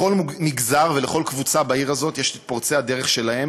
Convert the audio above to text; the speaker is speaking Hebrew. לכל מגזר ולכל קבוצה בעיר הזאת יש פורצי הדרך משלהם,